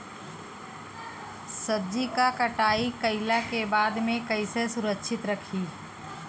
सब्जी क कटाई कईला के बाद में कईसे सुरक्षित रखीं?